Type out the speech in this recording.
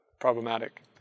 problematic